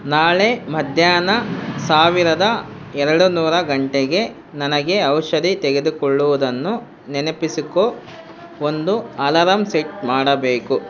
ನಾಳೆ ಮಧ್ಯಾಹ್ನ ಸಾವಿರದ ಎರಡು ನೂರು ಗಂಟೆಗೆ ನನಗೆ ಔಷಧಿ ತೆಗೆದುಕೊಳ್ಳುವುದನ್ನು ನೆನಪಿಸಿಕೊ ಒಂದು ಅಲಾರಂ ಸೆಟ್ ಮಾಡಬೇಕು